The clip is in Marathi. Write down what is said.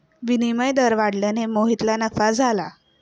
विनिमय दर वाढल्याने मोहितला नफा झाला